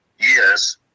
yes